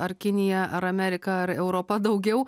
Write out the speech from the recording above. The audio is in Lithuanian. ar kinija ar amerika ar europa daugiau